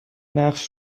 نقش